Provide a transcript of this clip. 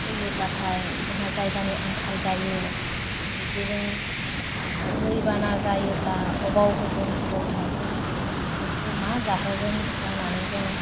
फैयोब्लाथाय जोंहा जायगानि आंखाल जायो बिदिनो दै बाना जायोब्ला अबाव होगोन अबाव थागोन बिसोरखौ मा जाहोगोन जानानै जों